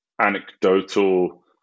anecdotal